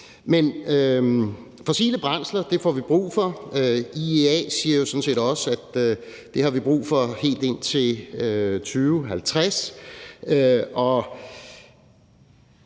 Men fossile brændsler får vi brug for. IEA siger jo sådan set også, at det har vi brug for helt indtil 2050.